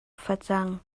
facang